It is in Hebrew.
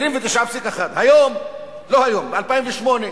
29.1%. ב-2008,